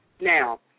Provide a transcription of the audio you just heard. now